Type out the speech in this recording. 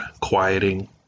quieting